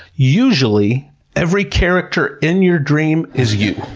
usually every character in your dream is you.